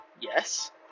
Yes